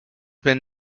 been